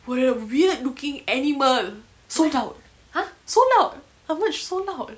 with a weird looking animal sold out sold out her merch sold out